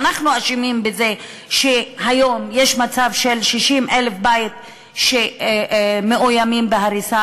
אנחנו אשמים בזה שהיום יש מצב של 60,000 בתים שמאוימים בהריסה?